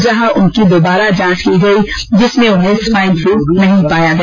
वहां उनकी दुबारा जांच की गई जिसमें उन्हें स्वाइन स्वाइन फ्लू नहीं पाया गया